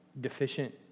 deficient